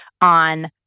on